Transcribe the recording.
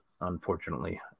unfortunately